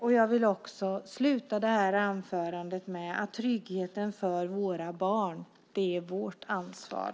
Jag vill sluta mitt anförande med att säga att tryggheten för våra barn är vårt ansvar.